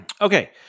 Okay